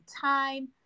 time